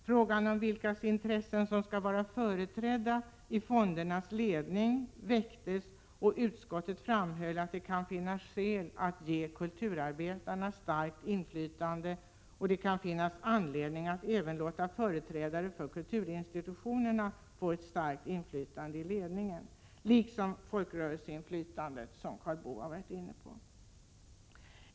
Frågan vilkas intressen som skall vara företrädda i fondernas ledning väcktes, och utskottet framhöll att det kan finnas skäl att ge kulturarbetarna starkt inflytande och att det kan finnas anledning att även låta företrädare för kulturinstitutionerna få ett starkt inflytande i ledningen, liksom folkrörelseinflytandet, som Karl Boo har varit inne på.